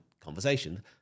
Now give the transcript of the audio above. conversation